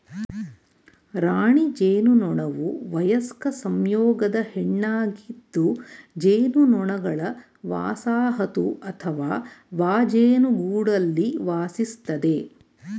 ರಾಣಿ ಜೇನುನೊಣವುವಯಸ್ಕ ಸಂಯೋಗದ ಹೆಣ್ಣಾಗಿದ್ದುಜೇನುನೊಣಗಳವಸಾಹತುಅಥವಾಜೇನುಗೂಡಲ್ಲಿವಾಸಿಸ್ತದೆ